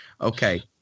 Okay